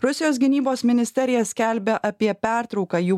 rusijos gynybos ministerija skelbia apie pertrauką jų